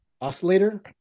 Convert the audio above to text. oscillator